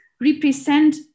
represent